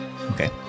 Okay